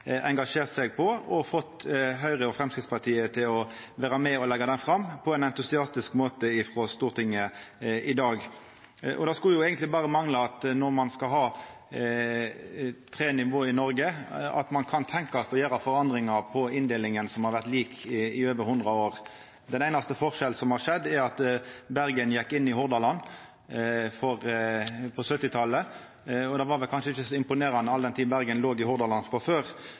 engasjert seg i og fått Høgre og Framstegspartiet til å vera med og leggja fram på ein entusiastisk måte for Stortinget i dag. Det skulle eigentleg berre mangla når ein skal ha tre nivå i Noreg, at ein kan tenkjast å gjera forandringar i inndelinga som har vore lik i over 100 år. Den einaste forskjellen som har skjedd, er at Bergen gjekk inn i Hordaland på 1970-talet. Det var kanskje ikkje så imponerande all den tid Bergen låg i Hordaland frå før.